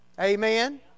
Amen